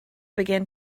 began